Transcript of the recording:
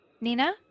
Nina